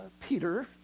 Peter